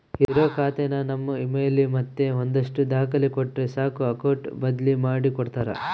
ಇರೋ ಖಾತೆನ ನಮ್ ಇಮೇಲ್ ಮತ್ತೆ ಒಂದಷ್ಟು ದಾಖಲೆ ಕೊಟ್ರೆ ಸಾಕು ಅಕೌಟ್ ಬದ್ಲಿ ಮಾಡಿ ಕೊಡ್ತಾರ